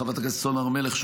חברת הכנסת סון הר מלך,